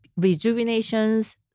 rejuvenations